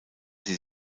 sie